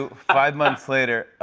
five months later.